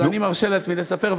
אבל אני מרשה לעצמי לספר,